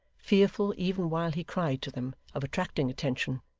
fearful, even while he cried to them, of attracting attention,